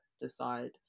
decide